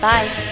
Bye